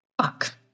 Fuck